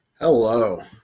Hello